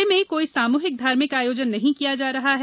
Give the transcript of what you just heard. जिले में कोई सामुहिक धार्मिक आयोजन नहीं किया जा रहा है